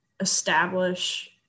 establish